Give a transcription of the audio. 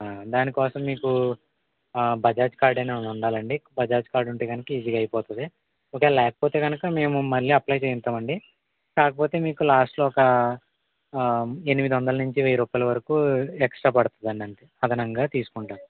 దానికోసం మీకు బజాజ్ కార్డు అనేది ఉండాలండి బజాజ్ కార్డు ఉంటే కనుక ఈజీగా అయిపోతుంది ఒకవేళ లేకపోతే కనుక మేము మళ్ళీ అప్లై చేయిస్తామండి కాకపోతే మీకు లాస్ట్లో ఒక ఆ ఎనిమిది వందల నుంచి వేయి రూపాయల వరకు ఎక్స్ట్రా పడుతుందండి అంతే అదనంగా తీసుకుంటాము